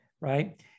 right